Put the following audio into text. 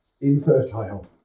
Infertile